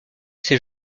c’est